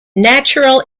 natural